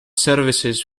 services